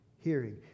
hearing